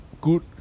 good